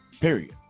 Period